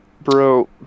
Bro